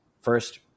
first